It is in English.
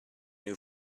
new